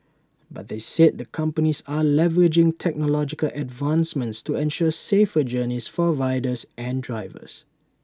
but they said the companies are leveraging technological advancements to ensure safer journeys for riders and drivers